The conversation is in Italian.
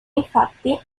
infatti